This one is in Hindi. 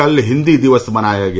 कल हिन्दी दिवस मनाया गया